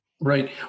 Right